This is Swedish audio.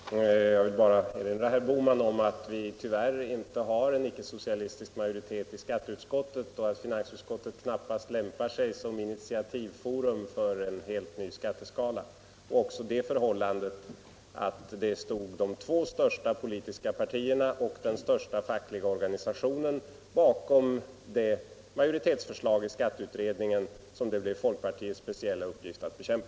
Herr talman! Jag vill bara erinra herr Bohman om att det tyvärr inte finns någon icke-socialistisk majoritet i skatteutskottet och att finansutskottet knappast lämpar sig såsom initiativforum för en helt ny skatteskala. Därtill kommer att de två största politiska partierna och den största fackliga organisationen stod bakom det majoritetsförslag från skatteutredningen som det blev folkpartiets speciella uppgift att bekämpa.